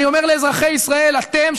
אני אומר לאזרחי ישראל: אתם,